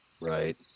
Right